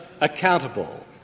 accountable